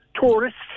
tourists